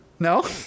No